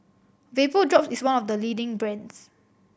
Vapodrops is one of the leading brands